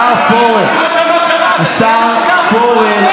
השר פורר,